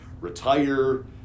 retire